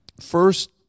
first